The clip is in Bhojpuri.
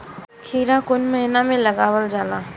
खीरा कौन महीना में लगावल जाला?